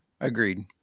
agreed